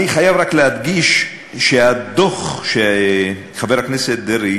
אני חייב רק להדגיש שהדוח שהזכיר חבר הכנסת דרעי